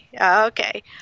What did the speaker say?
Okay